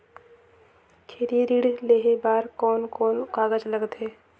खेती ऋण लेहे बार कोन कोन कागज लगथे?